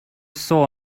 saw